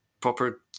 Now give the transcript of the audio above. proper